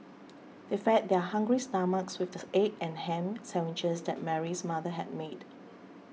they fed their hungry stomachs with this egg and ham sandwiches that Mary's mother had made